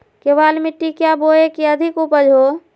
केबाल मिट्टी क्या बोए की अधिक उपज हो?